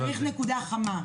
צריך נקודה חמה.